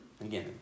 Again